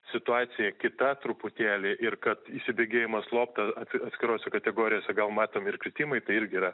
situacija kita truputėlį ir kad įsibėgėjimas slopsta atskirose kategorijose gal matomi ir kritimai tai irgi yra